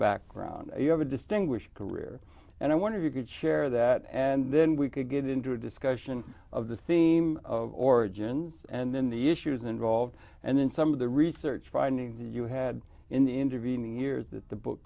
background you have a distinguished career and i want to you could share that and then we could get into a discussion of the theme of origins and then the issues involved and then some of the research finding that you had in the intervening years that the book